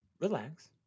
relax